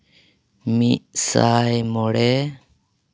ᱢᱤᱫ ᱥᱟᱭ ᱢᱚᱬᱮ